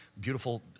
beautiful